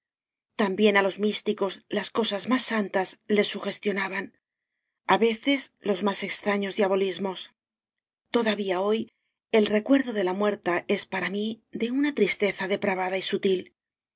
también á los místicos las cosas más santas les sugestionaban á veces los más extraños diabolismos todavía hoy el recuerdo de la muerta es para mí de una tristeza depravada y sutil